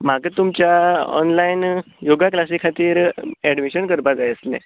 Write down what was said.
म्हाका तुमच्या online yoga क्लासी खातीर एडमिशन करपाक जाय आसलें